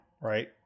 right